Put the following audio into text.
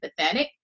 empathetic